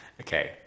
Okay